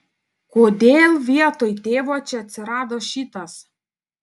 kodėl vietoj tėvo čia atsirado šitas